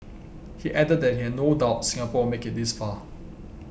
he added that he had no doubt Singapore make it this far